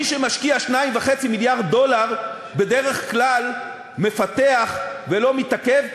מי שמשקיע 2.5 מיליארד דולר בדרך כלל מפתח ולא מתעכב,